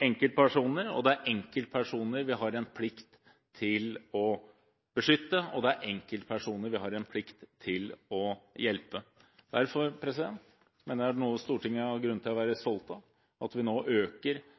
enkeltpersoner, og det er enkeltpersoner vi har en plikt til å beskytte, og det er enkeltpersoner vi har en plikt til å hjelpe. Derfor mener jeg Stortinget nå har grunn til å være stolt av at vi øker